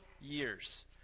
years